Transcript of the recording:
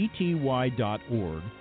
gty.org